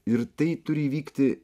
ir tai turi įvykti